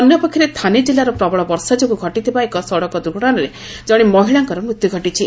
ଅନ୍ୟପକ୍ଷରେ ଥାନେ ଜିଲ୍ଲାରେ ପ୍ରବଳ ବର୍ଷା ଯୋଗୁଁ ଘଟିଥିବା ଏକ ସଡକ ଦୁର୍ଘଟଣାରେ ଜଣେ ମହିଳାଙ୍କର ମୃତ୍ୟୁ ହୋଇଥିଲା